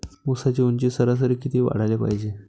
ऊसाची ऊंची सरासरी किती वाढाले पायजे?